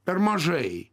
per mažai